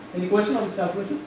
any question on